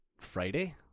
Friday